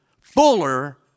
fuller